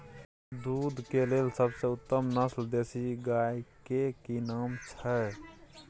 दूध के लेल सबसे उत्तम नस्ल देसी गाय के की नाम छै?